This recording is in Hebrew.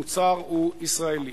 המוצר הוא ישראלי.